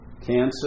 Cancer